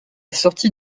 sortie